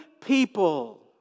people